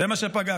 זה מה שפגשנו.